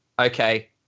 okay